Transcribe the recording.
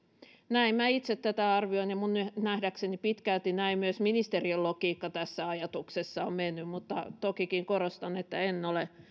näin minä itse tätä arvioin ja minun nähdäkseni pitkälti näin myös ministeriön logiikka tässä ajatuksessa on mennyt mutta tokikin korostan että en ole